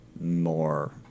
more